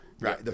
Right